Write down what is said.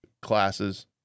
classes